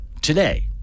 today